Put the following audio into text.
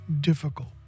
difficult